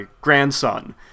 grandson